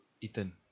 Ethan